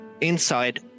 Inside